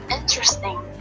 interesting